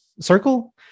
circle